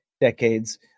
decades